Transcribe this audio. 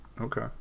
Okay